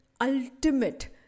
ultimate